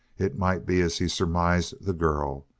it might be, as he surmised, the girl.